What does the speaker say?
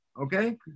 Okay